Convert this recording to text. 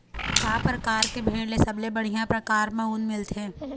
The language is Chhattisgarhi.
का परकार के भेड़ ले सबले बढ़िया परकार म ऊन मिलथे?